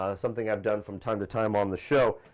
ah something i've done from time to time on the show.